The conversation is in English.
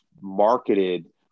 marketed